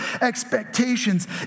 expectations